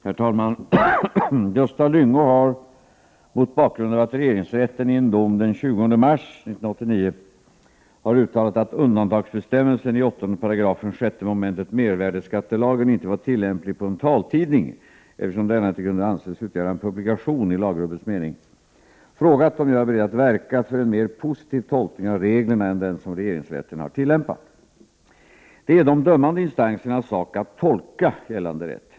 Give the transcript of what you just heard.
Herr talman! Gösta Lyngå har — mot bakgrund av att regeringsrätten i en dom den 20 mars 1989 har uttalat att undantagsbestämmelsen i 8 § 6 p. mervärdeskattelagen inte var tillämplig på en taltidning eftersom denna inte kunde anses utgöra en publikation i lagrummets mening — frågat om jag är beredd att verka för en mer positiv tolkning av reglerna än den som regeringsrätten har tillämpat. Det är de dömande instansernas sak att tolka gällande rätt.